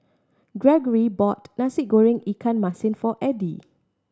Greggory bought Nasi Goreng ikan masin for Eddie